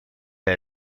bij